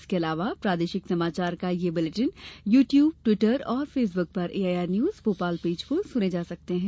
इसके अलावा प्रादेशिक समाचार बुलेटिन यू ट्यूब ट्विटर और फेसब्क पर एआईआर न्यूज भोपाल पेज पर सुने जा सकते हैं